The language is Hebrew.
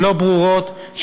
לא ברורות,